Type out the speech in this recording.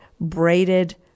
braided